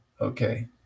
Okay